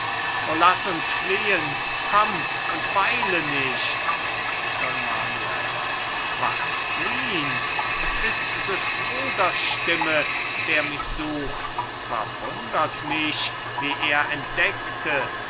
o laß uns fliehen komm und weile nicht don manuel was fliehn es ist des bruders stimme der mich sucht zwar wundert mich wie er entdeckte beatrice